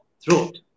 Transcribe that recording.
throat